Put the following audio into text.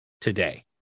today